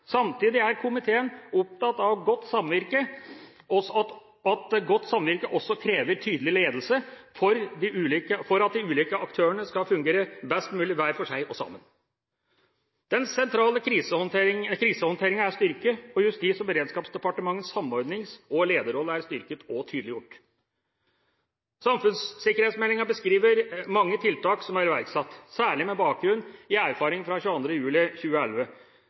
Samtidig er komiteen opptatt av at godt samvirke også krever tydelig ledelse for at de ulike aktører skal fungere best mulig hver for seg og sammen. Den sentrale krisehåndteringen er styrket, og Justis- og beredskapsdepartementets samordnings- og lederrolle er styrket og tydeliggjort. Samfunnssikkerhetsmeldingen beskriver mange tiltak som er iverksatt, særlig med bakgrunn i erfaringene fra 22. juli 2011